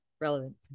relevant